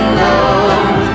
love